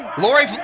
Lori